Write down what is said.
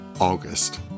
August